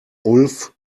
ulf